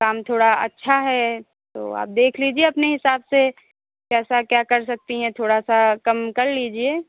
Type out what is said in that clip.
काम थोड़ा अच्छा है तो आप देख लीजिए अपने हिसाब से कैसा क्या कर सकती हैं थोड़ा सा कम कर लीजिए